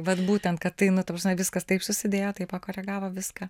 vat būtent kad tai nu ta prasme viskas taip susidėjo taip pakoregavo viską